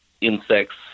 insects